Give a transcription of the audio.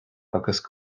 agus